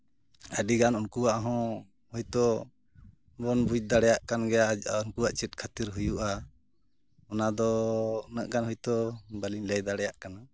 ᱟᱹᱰᱤᱜᱟᱱ ᱩᱱᱠᱩᱣᱟᱜ ᱦᱚᱸ ᱦᱳᱭᱛᱳ ᱵᱚᱱ ᱵᱩᱡ ᱫᱟᱲᱮᱭᱟᱜ ᱠᱟᱱ ᱜᱮᱭᱟ ᱩᱱᱠᱩᱣᱟᱜ ᱪᱮᱫ ᱠᱷᱟᱹᱛᱤᱨ ᱦᱩᱭᱩᱜᱼᱟ ᱚᱱᱟᱫᱚ ᱩᱱᱟᱹᱜ ᱜᱟᱱ ᱦᱳᱭᱛᱳ ᱵᱟᱹᱞᱤᱧ ᱞᱟᱹᱭ ᱫᱟᱲᱭᱟᱜ ᱠᱟᱱᱟ